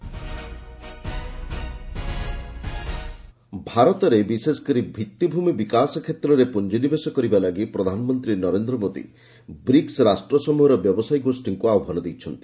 PM BRICS business forum ଭାରତରେ ବିଶେଷକରି ଭିତ୍ତିଭୂମି ବିକାଶ କ୍ଷେତ୍ରରେ ପୁଞ୍ଜି ନିବେଶ କରିବା ଲାଗି ପ୍ରଧାନମନ୍ତ୍ରୀ ନରେନ୍ଦ୍ର ମୋଦି ବ୍ରିକ୍ନ ରାଷ୍ଟ୍ର ସମୂହର ବ୍ୟବସାୟୀ ଗୋଷ୍ଠୀଙ୍କୁ ଆହ୍ପାନ ଦେଇଛନ୍ତି